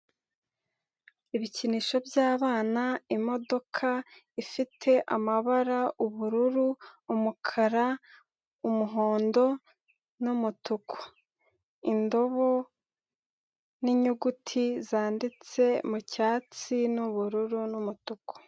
Ibikinisho byabana, imodoka ifite amabara, ubururu, umukara, umuhondo n'umutuku. Indobo n'inyuguti zanditse mu cyatsi n'ubururu n'umutuku.